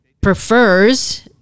prefers